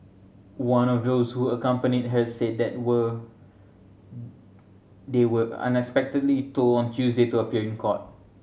one of those who accompanied her said were they were unexpectedly told on Tuesday to appear in court